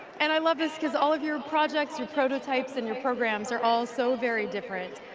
and i love this because all of your projects your prototypes and your programs are also very different,